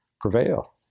prevail